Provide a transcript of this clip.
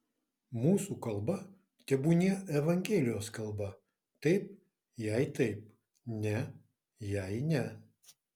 mūsų kalba tebūnie evangelijos kalba taip jei taip ne jei ne